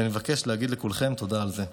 ומבקש להגיד לכולכם תודה על זה.